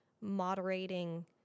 moderating